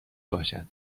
باشد